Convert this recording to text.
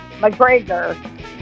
McGregor